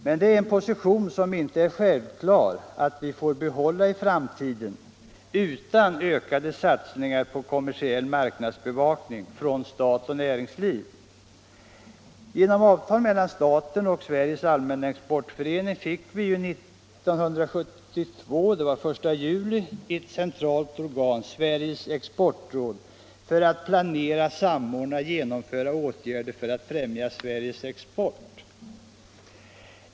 Men det är en position som det inte är självklart att vi får behålla i framtiden utan ökade satsningar på kommersiell marknadsbevakning från staten och näringslivet. Genom avtal mellan staten och Sveriges Allmänna Exportförening fick vi den 1 juli 1972 ett centralt organ, Sveriges Exportråd, för att planera, samordna och genomföra åtgärder för att främja Sveriges export.